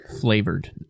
Flavored